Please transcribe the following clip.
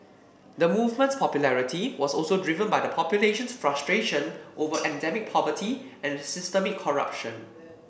the movement's popularity was also driven by the population's frustration over endemic poverty and systemic corruption